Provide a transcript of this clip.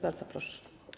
Bardzo proszę.